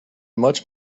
much